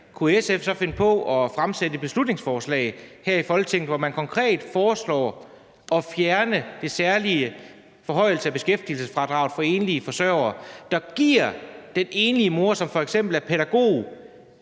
kunne SF så finde på at fremsætte et beslutningsforslag her i Folketinget, hvor man konkret foreslår at fjerne den særlige forhøjelse af beskæftigelsesfradraget for enlige forsørgere, der giver den enlige mor, som f.eks. er pædagog,